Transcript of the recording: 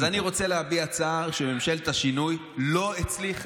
אז אני רוצה להביע צער שממשלת השינוי לא הצליחה.